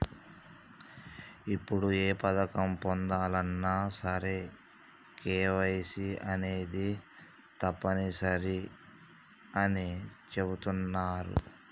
ఇప్పుడు ఏ పథకం పొందాలన్నా సరే కేవైసీ అనేది తప్పనిసరి అని చెబుతున్నరు